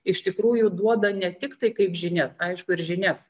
iš tikrųjų duoda ne tik tai kaip žinias aišku ir žinias